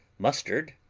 mustard,